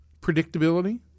predictability